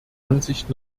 ansicht